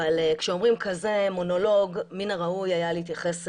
אבל כשאומרים כזה מונולוג מן הראוי היה להתייחס אליו.